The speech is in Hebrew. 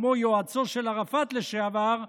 כמו יועצו של ערפאת לשעבר,